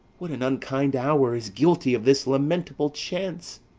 what an unkind hour is guilty of this lamentable chance!